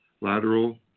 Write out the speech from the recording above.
lateral